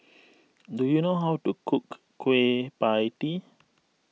do you know how to cook Kueh Pie Tee